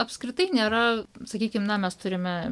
apskritai nėra sakykim na mes turime